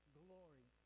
glory